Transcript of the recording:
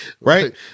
Right